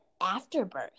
afterbirth